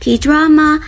K-drama